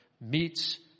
meets